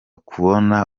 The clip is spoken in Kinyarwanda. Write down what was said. kubona